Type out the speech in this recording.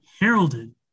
heralded